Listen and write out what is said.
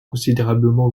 considérablement